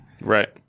right